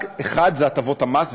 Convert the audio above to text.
אחד זה הטבות מס,